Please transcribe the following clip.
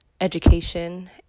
education